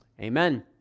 Amen